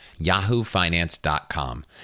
yahoofinance.com